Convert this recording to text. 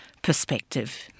perspective